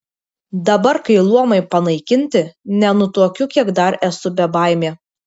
dabar kai luomai panaikinti nenutuokiu kiek dar esu bebaimė